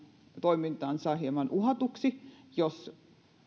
toimintansa hieman uhatuksi jos